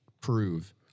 prove